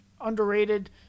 underrated